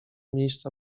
miejsca